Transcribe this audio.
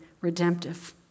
redemptive